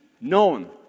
known